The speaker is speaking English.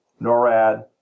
NORAD